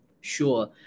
Sure